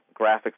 graphics